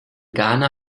ghana